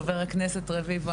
חבר הכנסת רביבו.